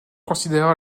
considéra